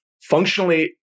functionally